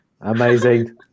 Amazing